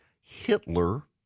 Hitler